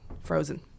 Frozen